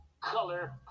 color